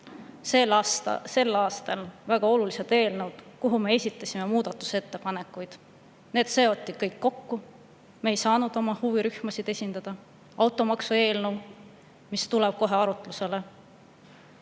olid samuti väga olulised eelnõud, mille kohta me esitasime muudatusettepanekuid. Need seoti kõik kokku. Me ei saanud oma huvirühmasid esindada. Automaksueelnõu tuleb kohe arutlusele.